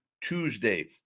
Tuesday